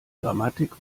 grammatik